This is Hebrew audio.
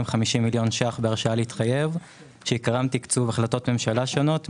מיליון שקלים בהרשאה להתחייב שעיקרם תקצוב החלטות ממשלה שונות,